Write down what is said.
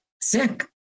sick